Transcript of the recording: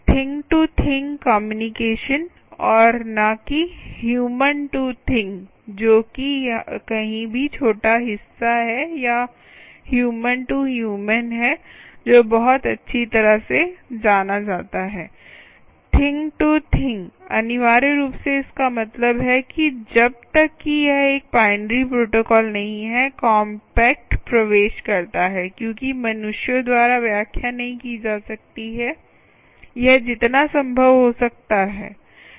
thing to thing communication और न कि ह्यूमन टू थिंग जो कि कहीं भी छोटा हिस्सा है या ह्यूमन टू ह्यूमन है जो बहुत अच्छी तरह से जाना जाता है थिंग टू थिंग अनिवार्य रूप से इसका मतलब है कि जब तक कि यह एक बाइनरी प्रोटोकॉल नहीं है कॉम्पैक्ट प्रवेश करता है क्योंकि मनुष्यों द्वारा व्याख्या नहीं की जा सकती है यह जितना संभव हो सकता है